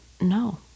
no